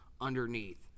underneath